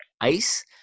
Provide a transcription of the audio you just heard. ice